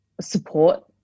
support